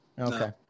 Okay